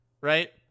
Right